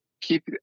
keep